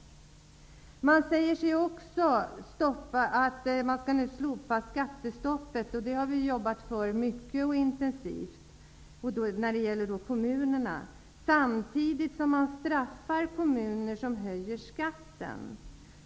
Nu föreslås också att skattestoppet skall slopas. Vi har jobbat för detta mycket och intensivt. Samtidigt straffas kommuner som höjer skatten.